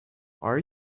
are